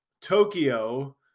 Tokyo